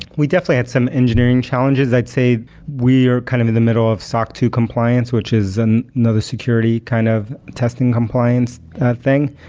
we definitely had some engineering challenges. i'd say we are kind of in the middle of soc two compliance, which is and another security kind of testing compliance, that thing.